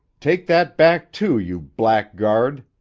take that back, too, you blackguard!